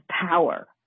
power